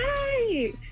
Hey